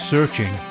Searching